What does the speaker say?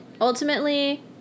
ultimately